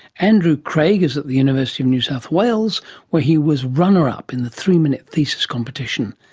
andrew craig is at the university of new south wales where he was runner up in the three-minute thesis competition.